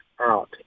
out